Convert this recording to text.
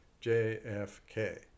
J-F-K